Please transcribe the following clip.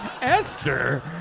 Esther